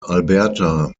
alberta